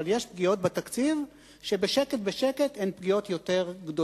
אבל יש פגיעות בתקציב שבשקט בשקט הן יותר גדולות.